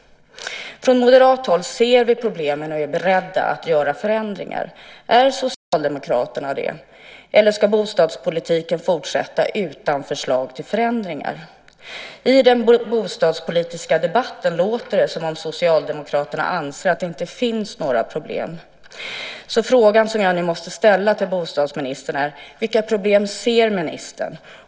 Från moderat håll ser vi problemen och är beredda att göra förändringar. Är Socialdemokraterna det, eller ska bostadspolitiken fortsätta utan förslag till förändringar? I den bostadspolitiska debatten låter det som om Socialdemokraterna anser att det inte finns några problem. Frågan som jag nu måste ställa till bostadsministern är: Vilka problem ser ministern?